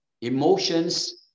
emotions